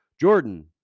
Jordan